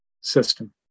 system